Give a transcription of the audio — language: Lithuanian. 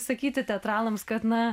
sakyti teatralams kad na